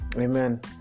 amen